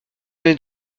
n’est